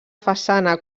façana